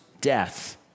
death